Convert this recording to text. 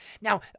Now